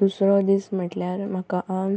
दुसरो दीस म्हमल्यार म्हाका